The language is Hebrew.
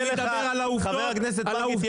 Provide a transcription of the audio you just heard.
חבר הכנסת מרגי,